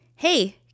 Hey